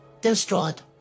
destroyed